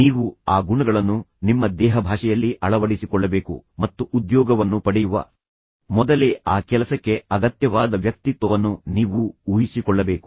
ನೀವು ಆ ಗುಣಗಳನ್ನು ನಿಮ್ಮ ದೇಹಭಾಷೆಯಲ್ಲಿ ಅಳವಡಿಸಿಕೊಳ್ಳಬೇಕು ಮತ್ತು ಉದ್ಯೋಗವನ್ನು ಪಡೆಯುವ ಮೊದಲೇ ಆ ಕೆಲಸಕ್ಕೆ ಅಗತ್ಯವಾದ ವ್ಯಕ್ತಿತ್ವವನ್ನು ನೀವು ಊಹಿಸಿಕೊಳ್ಳಬೇಕು